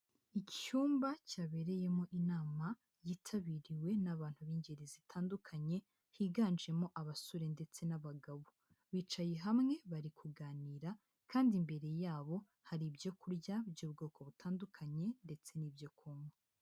Icyumba cyabereyemo inama, yitabiriwe n'abantu b'ingeri zitandukanye, higanjemo abasore ndetse n'abagabo. Bicaye hamwe, bari kuganira kandi imbere yabo hari ibyo kurya by'ubwoko butandukanye ndetse n'ibyo kunywa.